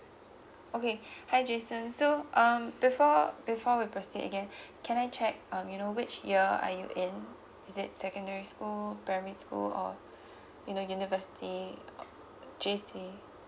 okay hi jason so um before before we proceed again can I check um you know which year are you in is it secondary school primary school or you know university J_C